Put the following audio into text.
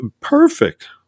perfect